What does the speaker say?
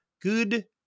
good